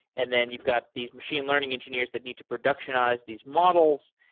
and then you've got these machine learning engineers that need to productionize these models.